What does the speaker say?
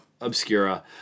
Obscura